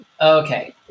okay